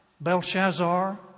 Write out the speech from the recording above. Belshazzar